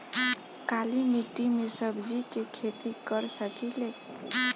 काली मिट्टी में सब्जी के खेती कर सकिले?